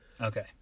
Okay